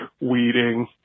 weeding